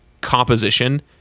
composition